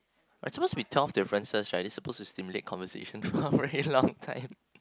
there are suppose to be twelve differences right we are suppose to stimulate conversation for a very long time